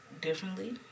differently